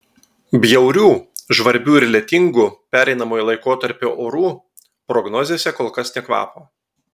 bjaurių žvarbių ir lietingų pereinamojo laikotarpio orų prognozėse kol kas nė kvapo